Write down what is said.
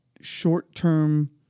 short-term